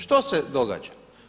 Što se događa?